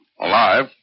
Alive